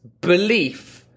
belief